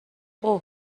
اوه